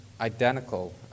identical